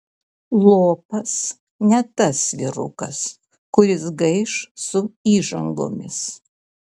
lopas ne tas vyrukas kuris gaiš su įžangomis